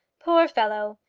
poor fellow!